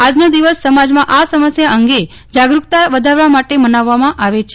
આજનો દિવસ સમાજમાં આ સમસ્યા અંગે જાગરૂકતા વધારવા માટે મનાવવામાં આવે છે